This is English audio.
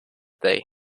day